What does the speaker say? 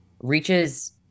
reaches